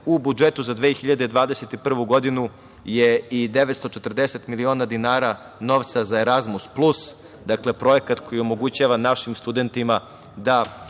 u budžetu za 2021. godinu je i 940 miliona dinara novca za „Erazmus plus“. Dakle, projekat koji omogućava našim studentima da